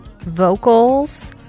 vocals